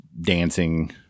dancing